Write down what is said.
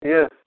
Yes